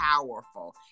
powerful